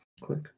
Click